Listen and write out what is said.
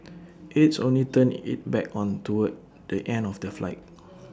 aides only turned IT back on toward the end of the flight